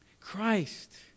Christ